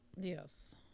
Yes